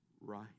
right